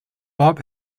bob